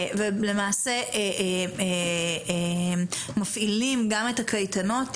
ולמעשה מפעילים גם את הקייטנות,